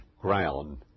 ground